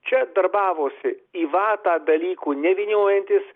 čia darbavosi į vatą dalykų nevyniojantis